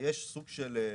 שיש סוג של בריחה.